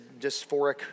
dysphoric